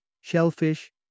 shellfish